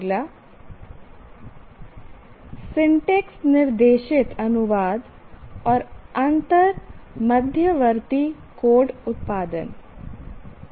' syntax निर्देशित अनुवाद और अंतर मध्यवर्ती कोड उत्पादन